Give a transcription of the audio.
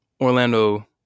Orlando